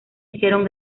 hicieron